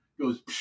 goes